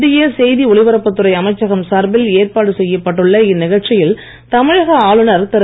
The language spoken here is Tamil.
மத்திய செய்தி ஒலிபரப்புத் துறை அமைச்சகம் சார்பில் ஏற்பாடு செய்யப்பட்டுள்ள இந்நிகழ்ச்சியில் தமிழக ஆளுநர் திரு